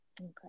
Okay